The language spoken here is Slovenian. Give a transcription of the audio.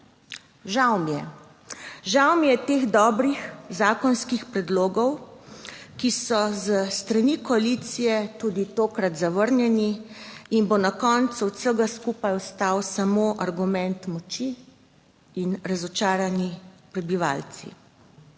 Žal mi je. Žal mi je teh dobrih zakonskih predlogov, ki so s strani koalicije tudi tokrat zavrnjeni, in bo na koncu od vsega skupaj ostal samo argument moči in razočarani prebivalci.